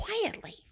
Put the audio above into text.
quietly